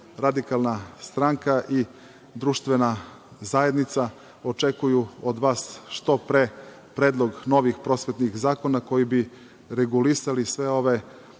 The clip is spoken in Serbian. Dakle, SRS i društvena zajednica očekuju od vas što pre predlog novih prosvetnih zakona koji bi regulisali sve ove